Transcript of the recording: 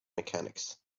mechanics